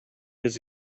his